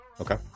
Okay